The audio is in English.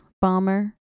bomber